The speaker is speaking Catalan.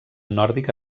nòrdic